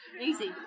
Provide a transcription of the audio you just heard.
Easy